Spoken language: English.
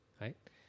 right